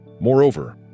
Moreover